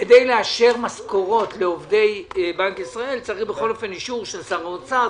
כדי לאשר משכורות לעובדי בנק ישראל צריך בכל אופן אישור של שר האוצר,